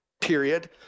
period